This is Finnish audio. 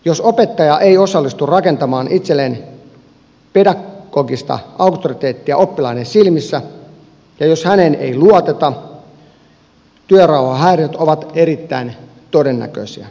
jos opettaja ei onnistu rakentamaan itselleen pedagogista auktoriteettia oppilaiden silmissä ja jos häneen ei luoteta työrauhahäiriöt ovat erittäin todennäköisiä